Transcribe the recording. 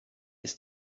ist